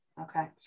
Okay